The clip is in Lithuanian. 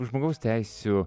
žmogaus teisių